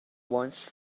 once